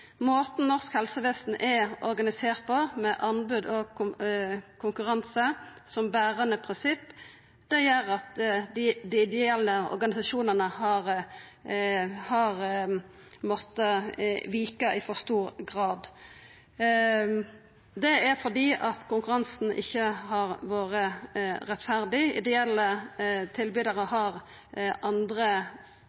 Måten norsk helsevesen er organisert på, med anbod og konkurranse som berande prinsipp, gjer at dei ideelle organisasjonane i for stor grad har måtta vika. Det er fordi konkurransen ikkje har vore rettferdig. Ideelle tilbydarar